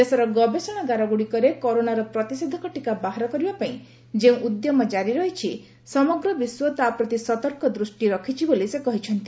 ଦେଶର ଗବେଷଣାଗାରଗୁଡ଼ିକରେ କରୋନାର ପ୍ରତିଷେଧକ ଟୀକା ବାହାର କରିବା ପାଇଁ ଯେଉଁ ଉଦ୍ୟମ ଜାରି ରହିଛି ସମଗ୍ର ବିଶ୍ୱ ତା' ପ୍ରତି ସତର୍କ ଦୃଷ୍ଟି ରଖୁଛି ବୋଲି ସେ କହିଛନ୍ତି